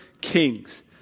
king's